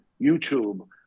youtube